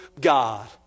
God